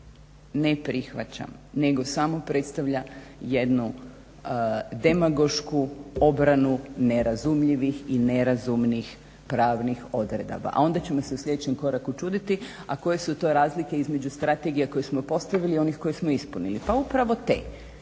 Ne prihvaćamo, nego samo predstavlja jednu demagošku obranu nerazumljivih i nerazumnih pravnih odredaba, a onda ćemo se u sljedećem koraku čuditi a koje su to razlike između strategije koje smo postavili i one koje smo ispunili? Pa upravo te.